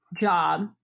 job